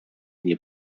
nie